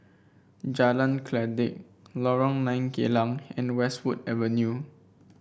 Jalan Kledek Lorong Nine Geylang and Westwood Avenue